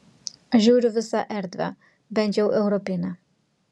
aš žiūriu visą erdvę bent jau europinę